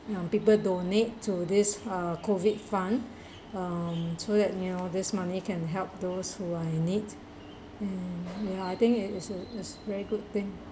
people donate to this uh COVID fund um so that you know this money can help those who are in need mm ya I think it is is very good thing